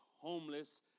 homeless